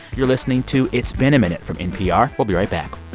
you're listening to it's been a minute from npr. we'll be right back